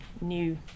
new